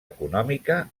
econòmica